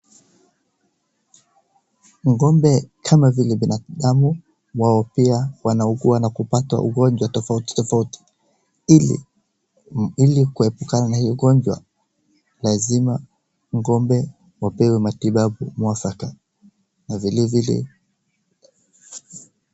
Ng'ombe kama vile binadamu, wao pia wanaugua na kupata magonjwa tofauti tofauti. Ili, ili kuepukana na hiyo magonjwa, lazima ngombe wapewe matibabu mwafaka, na vile vile.